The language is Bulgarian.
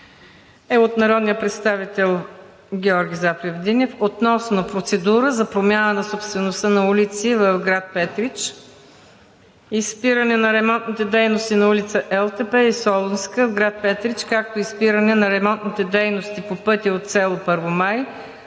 е от народния представител Георги Запрев Динев относно процедура за промяна на собствеността на улици в град Петрич и спиране на ремонтните дейности на улици „Елтепе“ и „Солунска“ в град Петрич, както и спиране на ремонтните дейности по пътя от село Първомай